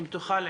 אם תוכל,